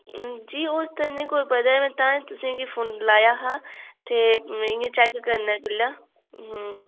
जी उस कन्नै कोई बधै तां में तुसें ई फोन लाया हां ते इ'यां चैक्क करने गल्ला